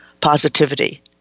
positivity